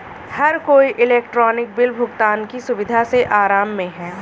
हर कोई electronic bill भुगतान की सुविधा से आराम में है